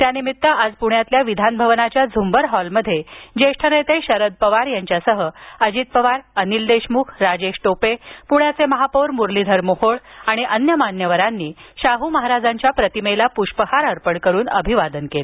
त्यानिमित आज प्ण्यातील विधान भवनाच्या झुंबर हॉलमध्ये ज्येष्ठ नेते शरद पवार यांच्यासह अजित पवार अनिल देशमुख राजेश टोपे प्ण्याचे महापौर म्रलीधर मोहोळ आणि अन्य मान्यवरांनी शाह् महाराजांच्या प्रतिमेला पुष्पहार अर्पण करून अभिवादन केलं